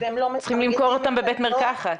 צריכים למכור אותם בבית מרקחת.